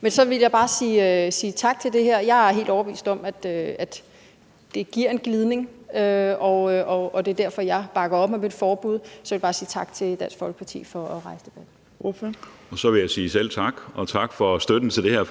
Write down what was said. Men så vil jeg bare sige tak til det her. Jeg er helt overbevist om, at det giver en glidning, og det er derfor, jeg bakker op et forbud. Så jeg vil bare sige tak til Dansk Folkeparti for at rejse debatten. Kl. 11:20 Fjerde næstformand (Trine Torp):